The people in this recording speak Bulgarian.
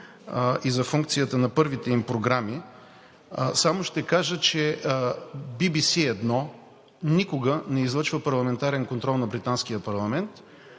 и за функцията на първите им програми, само ще кажа, че BBC 1 никога не излъчва парламентарен контрол на британския парламент.